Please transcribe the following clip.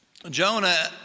Jonah